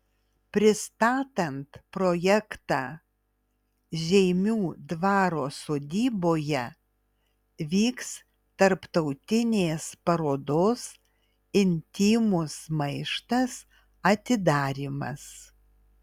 pristatant projektą žeimių dvaro sodyboje vyks tarptautinės parodos intymus maištas atidarymas